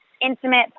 intimate